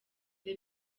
the